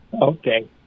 Okay